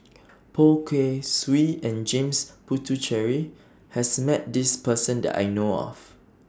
Poh Kay Swee and James Puthucheary has Met This Person that I know of